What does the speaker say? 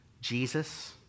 Jesus